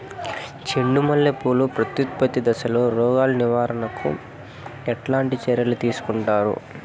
చెండు మల్లె పూలు ప్రత్యుత్పత్తి దశలో రోగాలు నివారణకు ఎట్లాంటి చర్యలు తీసుకుంటారు?